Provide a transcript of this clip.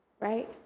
right